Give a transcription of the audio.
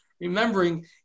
remembering